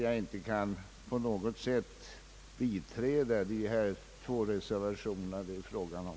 Jag kan inte biträda de två reservationer det här är fråga om.